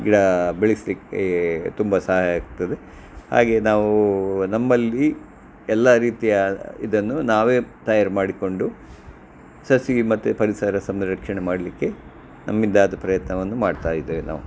ಗಿಡಾ ಬೆಳೆಸಲಿಕ್ಕೆ ತುಂಬ ಸಹಾಯ ಆಗ್ತದೆ ಹಾಗೆ ನಾವೂ ನಮ್ಮಲ್ಲಿ ಎಲ್ಲ ರೀತಿಯ ಇದನ್ನು ನಾವೇ ತಯಾರಿ ಮಾಡಿಕೊಂಡು ಸಸಿ ಮತ್ತೆ ಪರಿಸರ ಸಂರಕ್ಷಣೆ ಮಾಡಲಿಕ್ಕೆ ನಮ್ಮಿಂದ ಆದ ಪ್ರಯತ್ನವನ್ನು ಮಾಡ್ತಾಯಿದ್ದೇವೆ ನಾವು